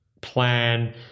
Plan